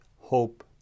hope